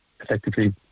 effectively